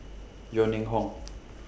Yeo Ning Hong